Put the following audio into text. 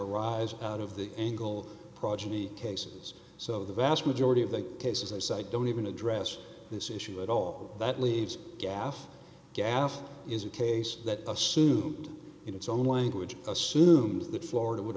arise out of the engle progeny cases so the vast majority of the cases i cite don't even address this issue at all that leaves gaffe gaff is a case that a suit in its own language assumes that florida would